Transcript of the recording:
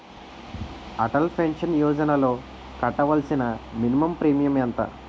Atal pension యోజనలో కట్టవలసిన minimum premium ఎంత?